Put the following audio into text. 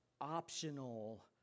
optional